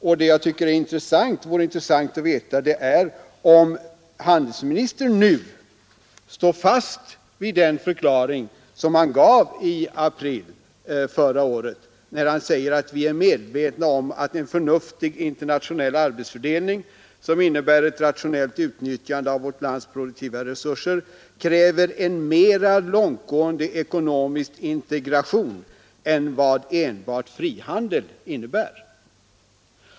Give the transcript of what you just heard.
Vad jag tycker vore intressant att veta är om handelsministern står fast vid den förklaring som han gav i april förra året, där han säger att vi är medvetna om att en förnuftig internationell arbetsfördelning som innebär ett rationellt utnyttjande av vårt lands produktiva resurser kräver en mera långtgående ekonomisk integration än vad enbart frihandel innebär.